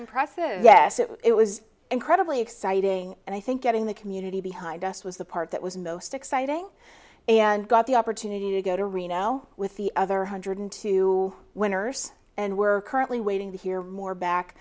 impressive yes it was incredibly exciting and i think getting the community behind us was the part that was most exciting and got the opportunity to go to reno with the other one hundred two winners and we're currently waiting to hear more back